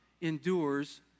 endures